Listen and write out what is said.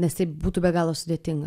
nes tai būtų be galo sudėtinga